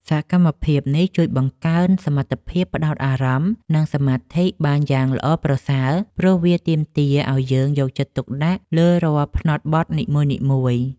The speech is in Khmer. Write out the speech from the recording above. សកម្មភាពនេះជួយបង្កើនសមត្ថភាពផ្ដោតអារម្មណ៍ និងសមាធិបានយ៉ាងល្អប្រសើរ ព្រោះវាទាមទារឱ្យយើងយកចិត្តទុកដាក់លើរាល់ផ្នត់បត់នីមួយៗ។